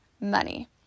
money